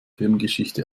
firmengeschichte